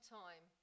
time